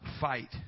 fight